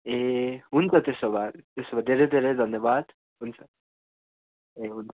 ए हुन्छ त्यसो भए त्यसो भए धेरै धेरै धन्यवाद हुन्छ ए हुन्